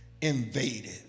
invaded